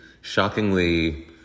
shockingly